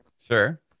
Sure